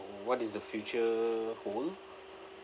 what is the future hold